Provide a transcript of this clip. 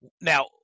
Now